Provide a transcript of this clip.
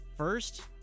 First